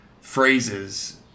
phrases